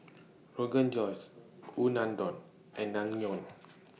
Rogan Josh Unadon and Naengmyeon